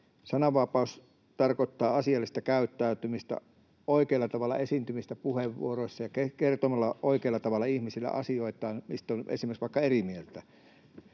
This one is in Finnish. Sananvapaus tarkoittaa asiallista käyttäytymistä, oikealla tavalla esiintymistä puheenvuoroissa ja kertomista oikealla tavalla ihmisille asioitaan, mistä on vaikka eri mieltä.